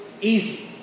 easy